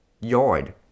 yard